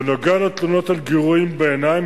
בנוגע לתלונות על גירויים בעיניים,